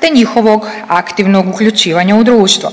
te njihovog aktivnog uključivanja u društvo.